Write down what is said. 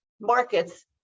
markets